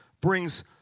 brings